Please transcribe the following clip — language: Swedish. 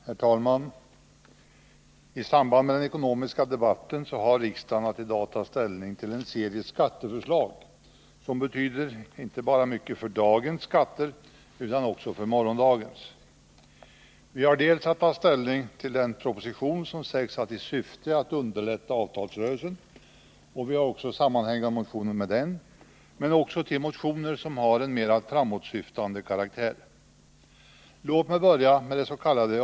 Herr talman! I samband med den ekonomiska debatten har riksdagen att i dag ta ställning till en serie skatteförslag som betyder mycket inte bara för dagens skatter utan också för morgondagens. Vi har att ta ställning till den proposition som sägs ha till syfte att underlätta avtalsrörelsen och därmed sammanhängande motioner men också till motioner som har en mera framåtsyftande karaktär. Låt mig börja med dets.k.